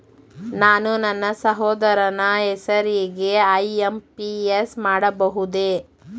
ನಾನು ನನ್ನ ಸಹೋದರನ ಹೆಸರಿಗೆ ಐ.ಎಂ.ಪಿ.ಎಸ್ ಮಾಡಬಹುದೇ?